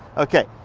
okay,